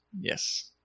yes